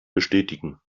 bestätigen